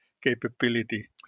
capability